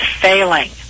failing